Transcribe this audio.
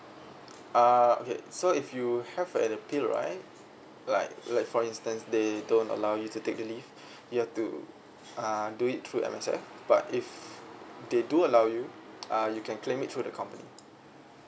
uh okay so if you have at the appeal right like like for instance they don't allow you to take the leave you have to uh do it through M_S_F but if they do allow you uh you can claim it through the company